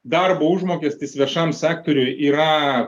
darbo užmokestis viešam sektoriuj yra